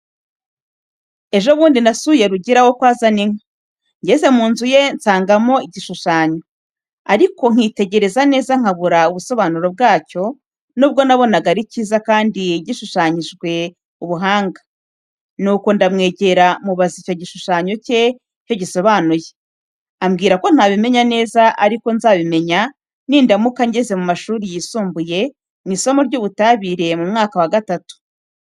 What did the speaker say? Ejo bundi nasuye Rugira wo kwa Zaninka. Ngeze mu nzu ye, nsangamo igishushanyo, ariko nkitegereza neza nkabura ubusobanuro bwacyo, nubwo nabonaga ari cyiza kandi gishushanyanyijwe ubuhanga. Ni uko ndamwegera, mubaza icyo igishushanyo cye icyo gisobanuye, ambwira ko ntabimenya neza, ariko ko nzabimenya nindamuka ngeze mu mashuri yisumbuye, mu isomo ry’ubutabire, mu mwaka wa gatatu.